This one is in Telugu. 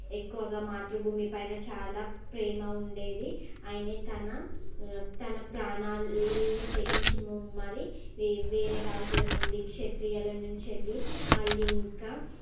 ఎక్కువగా మాతృభూమి పైన చాలా ప్రేమ ఉండేది ఆయన తన తన ప్రాణాలు తెగించి మరి వేరే రాజుల నుండి క్షత్రియుల నుంచి వెళ్ళి మళ్ళీ ఇంకా